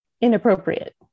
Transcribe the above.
inappropriate